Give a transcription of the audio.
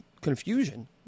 confusion